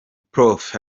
prof